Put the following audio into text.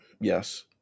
yes